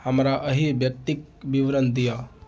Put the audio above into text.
हमरा अहि व्यक्तिक विवरण दिअ